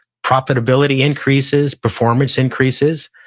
profitability increases, performance increases.